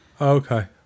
Okay